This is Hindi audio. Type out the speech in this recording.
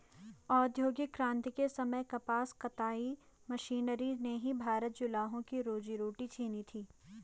औद्योगिक क्रांति के समय कपास कताई मशीनरी ने ही भारतीय जुलाहों की रोजी रोटी छिनी थी